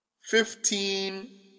Fifteen